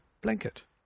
blanket